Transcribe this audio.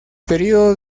periodo